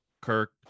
Kirk